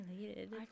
related